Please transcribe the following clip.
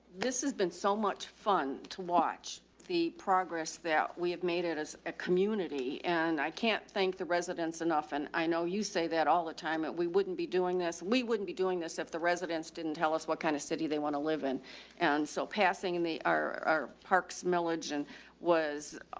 this has been so much fun to watch the progress that we've made it as a community and i can't thank the residents and often, i know you say that all the time and we wouldn't be doing this, we wouldn't be doing this if the residents didn't tell us what kind of city they want to live in and so passing and they are our parks millage and was,